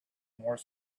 more